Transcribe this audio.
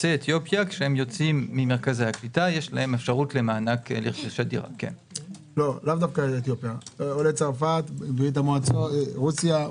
צריכים לשכור דירה, הם לא נמצאים במוסד כל הזמן.